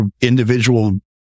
individual